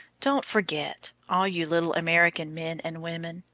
don't forget, all you little american men and women,